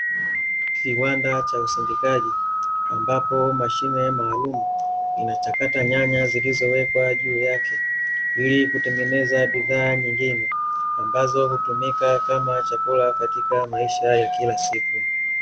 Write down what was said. Kiwanda cha usindikaji, ambapo mashine maalumu inachakata nyanya zilizowekwa juu yake, ili kutengeneza bidhaa nyingine ambazo hutumika kama chakula katika maisha ya kila siku.